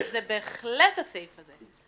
לא, זה בהחלט הסעיף הזה.